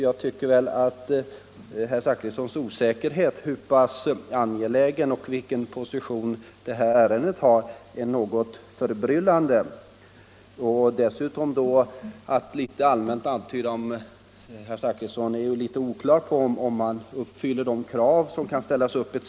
Jag tycker att herr Zachrissons osäkerhet om hur pass angeläget det här ärendet är och vilken position det har är något förbryllande. Herr Zachrisson antyder dessutom att det är litet oklart om museijärnvägen uppfyller de krav som kan ställas upp etc.